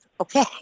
okay